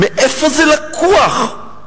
מאיפה זה לקוח?